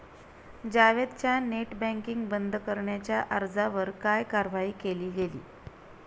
जावेदच्या net banking बंद करण्याच्या अर्जावर काय कारवाई केली गेली?